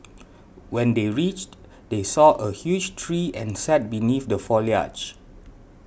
when they reached they saw a huge tree and sat beneath the foliage